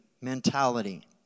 mentality